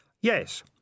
Yes